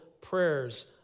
prayers